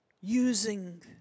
using